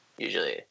usually